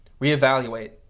reevaluate